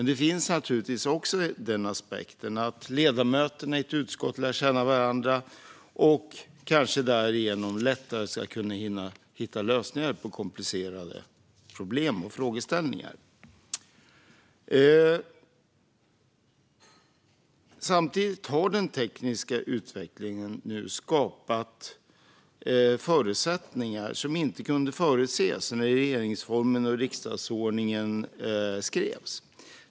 Det finns dock naturligtvis också den aspekten att ledamöterna i ett utskott lär känna varandra och kanske därigenom lättare ska kunna hitta lösningar på komplicerade problem och frågeställningar. Samtidigt har den tekniska utvecklingen nu skapat förutsättningar som inte kunde förutses när regeringsformen och riksdagsordningen skrevs.